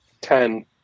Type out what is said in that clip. Ten